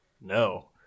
no